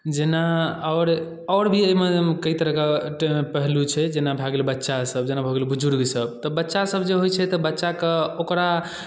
जेना आओर आओर भी एहिमे कई तरहके पहलू छै जेना भए गेल बच्चासभ जेना भऽ गेल बुजुर्गसभ तऽ बच्चासभ जे होइ छै तऽ बच्चाके ओकरा